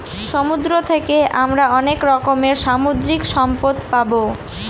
সমুদ্র থাকে আমরা অনেক রকমের সামুদ্রিক সম্পদ পাবো